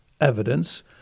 evidence